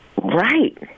Right